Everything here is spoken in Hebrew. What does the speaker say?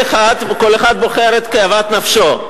כל אחד בוחר כאוות נפשו.